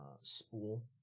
Spool